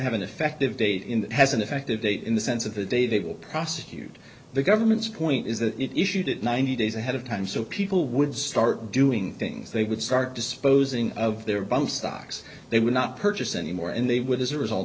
have an effective date in that has an effective date in the sense of the day that will prosecute the government's point is that it issued it ninety days ahead of time so people would start doing things they would start disposing of their bum stocks they would not purchase anymore and they would as a result